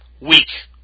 weak